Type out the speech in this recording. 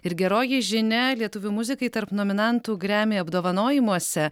ir geroji žinia lietuvių muzikai tarp nominantų grammy apdovanojimuose